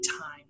time